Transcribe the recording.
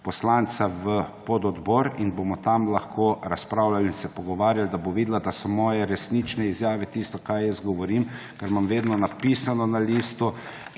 poslanca v pododbor in bomo tam lahko razpravljali, se pogovarjali, da bo videla, da so moje resnične izjave, tisto, kar jaz govorim. Ker imam vedno napisano na listu